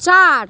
চার